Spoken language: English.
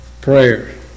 prayer